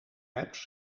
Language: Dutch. maps